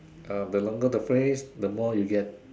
uh the longer the phrase the more you get